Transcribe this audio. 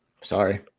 Sorry